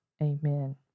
amen